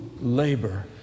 Labor